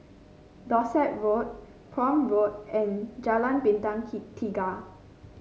Dorset Road Prome Road and Jalan Bintang Tiga